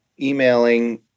emailing